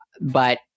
but-